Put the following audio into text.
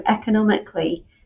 economically